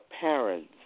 parents